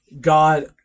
God